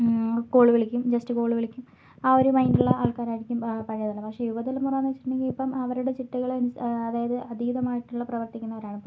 call വിളിക്കും just call വിളിക്കും ആ ഒരു മൈൻ്റുള്ള ആൾക്കാരായിരിക്കും പഴയ തലമുറ പക്ഷേ യുവതലമുറാന്നു വെച്ചിട്ടുണ്ടെങ്കിൽ ഇപ്പം അവരുടെ ചിട്ടകൾ അൻസ് അതായത് അതീതമായിട്ടുള്ള പ്രവർത്തിക്കുന്നവരാണ് ഇപ്പോൾ